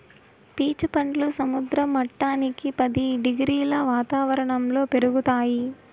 peach పండ్లు సముద్ర మట్టానికి పది డిగ్రీల వాతావరణంలో పెరుగుతాయి